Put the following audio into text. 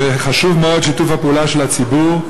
וחשוב מאוד שיתוף הפעולה של הציבור,